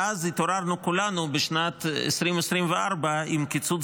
ואז התעוררנו כולנו בשנת 2024 עם קיצוץ